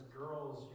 girls